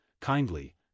kindly